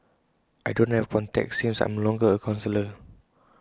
I don't have contacts since I am longer A counsellor